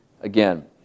again